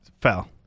fell